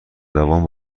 دوام